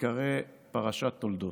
תיקרא פרשת תולדות.